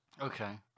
Okay